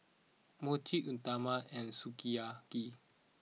Mochi Uthapam and Sukiyaki